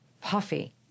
puffy